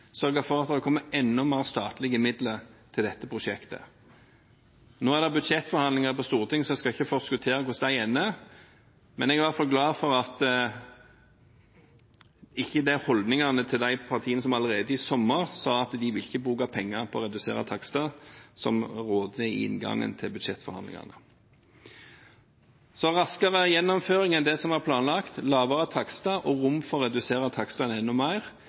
sørge for at det kommer enda mer statlige midler til dette prosjektet. Nå er det budsjettforhandlinger på Stortinget, så jeg skal ikke forskuttere hvordan de ender. Men jeg er i hvert fall glad for at det ikke er holdningene til de partiene som allerede i sommer sa at de ikke ville bruke penger på å redusere takster, som råder ved inngangen til budsjettforhandlingene. Raskere gjennomføring enn det som var planlagt, lavere takster og rom for å redusere takstene enda mer,